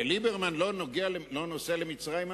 ליברמן לא נוסע למצרים אמרת?